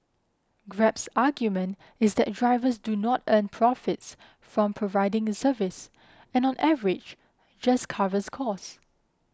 Grab's argument is that drivers do not earn profits from providing the service and on average just covers costs